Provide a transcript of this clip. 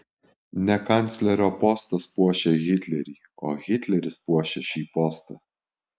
ne kanclerio postas puošia hitlerį o hitleris puošia šį postą